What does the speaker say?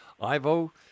Ivo